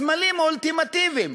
הסמלים האולטימטיביים,